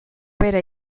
bera